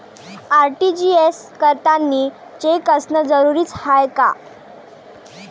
RTGS करतांनी cheque असनं जरुरीच हाय का?